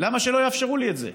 למה שלא יאפשרו לי את זה?